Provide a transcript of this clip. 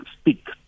speak